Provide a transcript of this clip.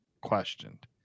questioned